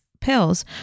pills